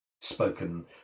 spoken